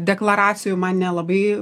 deklaracijų man nelabai